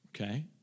okay